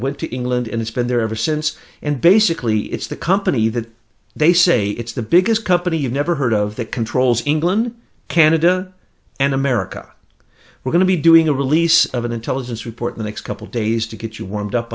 went to england and it's been there ever since and basically it's the company that they say it's the biggest company you've never heard of that controls england canada and america we're going to be doing a release of an intelligence report the next couple days to get you warmed up